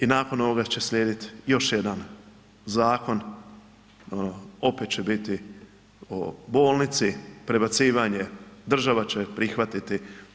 I nakon ovoga će slijediti još jedan zakon, opet će biti o bolnici prebacivanje, država će prihvatiti.